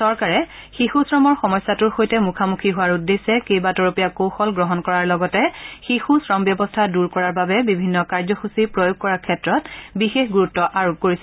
চৰকাৰে শিশু শ্ৰমৰ সমস্যাটোৰ সৈতে মুখামুখি হোৱাৰ উদ্দেশ্যে কেইবাতৰপীয়া কৌশল গ্ৰহণ কৰাৰ লগতে শিশু শ্ৰম ব্যৱস্থা দূৰ কৰাৰ বাবে বিভিন্ন কাৰ্যসূচী প্ৰয়োগ কৰাৰ ক্ষেত্ৰত বিশেষ গুৰুত্ব আৰোপ কৰিছে